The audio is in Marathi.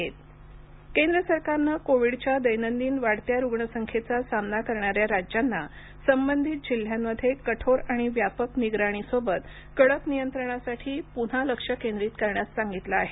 केंद्र सरकार निर्देश केंद्र सरकारनं कोविडच्या दैनंदिन वाढत्या रुग्णसंख्येचा सामना करणाऱ्या राज्यांना संबंधित जिल्ह्यांमध्ये कठोर आणि व्यापक निगराणीसोबत कडक नियंत्रणासाठी पुन्हा लक्ष केंद्रित करण्यास सांगितलं आहे